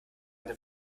eine